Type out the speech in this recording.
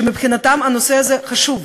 שמבחינתם הנושא הזה חשוב.